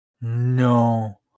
No